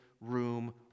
room